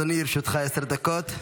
אדוני, לרשותך עשר דקות.